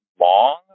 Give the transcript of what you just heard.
long